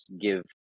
give